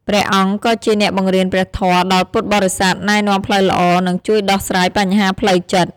ព្រះអង្គក៏ជាអ្នកបង្រៀនព្រះធម៌ដល់ពុទ្ធបរិស័ទ ណែនាំផ្លូវល្អ និងជួយដោះស្រាយបញ្ហាផ្លូវចិត្ត។